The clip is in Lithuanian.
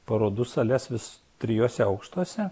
parodų sales vis trijuose aukštuose